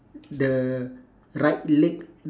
the right leg